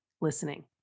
listening